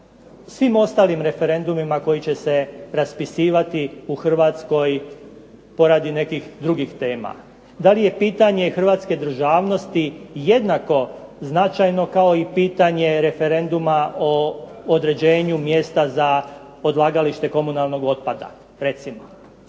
svim ostalim referendumima koji će se raspisivati u Hrvatskoj poradi nekih drugih tema. Da li je pitanje hrvatske državnosti jednako značajno kao i pitanje referenduma o određenju mjesta za odlagalište komunalnog otpada recimo?